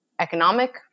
economic